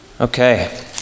Okay